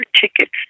tickets